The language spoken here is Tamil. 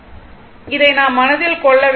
r இதை நாம் மனதில் கொள்ள வேண்டும்